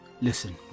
Listen